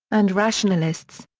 and rationalists.